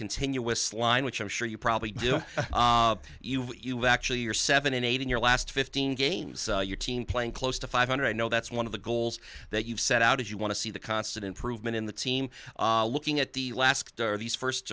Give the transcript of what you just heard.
continuous line which i'm sure you probably do you actually you're seven and eight in your last fifteen games your team playing close to five hundred i know that's one of the goals that you've set out as you want to see the constant improvement in the team looking at the last qtr these first